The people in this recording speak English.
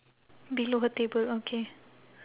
below her table okay